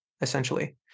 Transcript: essentially